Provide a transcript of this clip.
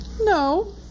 No